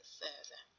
further